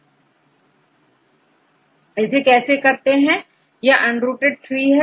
इसे कैसे किया जाता है यह अनरूटेड ट्री है